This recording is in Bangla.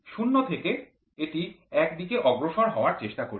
০ থেকে এটি এক দিকে অগ্রসর হওয়ার চেষ্টা করবে